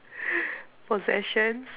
possessions